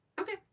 Okay